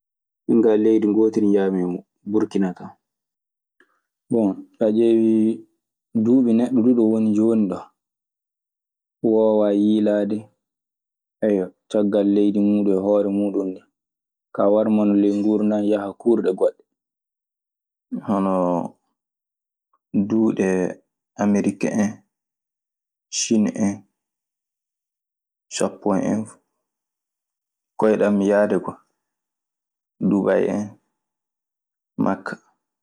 Min ka leydi gotiri jami e mun, burkina tam. Bon, so a ƴeewii duuɓi neɗɗo duu no woni jooni ɗoo. Woowaayi yiilaade, caggal leydi muuɗun e hoore muuɗun ndi. Kaa, warmano ley nguurndan yaha kuurɗe goɗɗe. Hono duɗe Amerik en, Siin en Japan en, koyɗan mi yahde ka, Dubayi en, Makka.